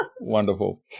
Wonderful